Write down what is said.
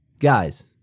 guys